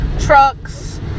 trucks